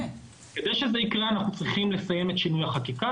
כדי שזה יקרה אנחנו צריכים לסיים את שינוי החקיקה,